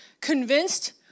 convinced